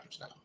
now